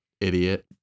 idiot